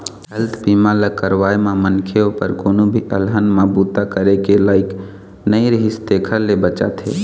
health बीमा ल करवाए म मनखे उपर कोनो भी अलहन म बूता करे के लइक नइ रिहिस तेखर ले बचाथे